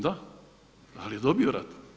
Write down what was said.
Da, ali je dobio rat.